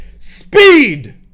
speed